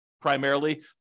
primarily